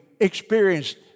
experienced